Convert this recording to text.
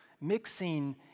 mixing